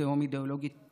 תהום אידיאולוגית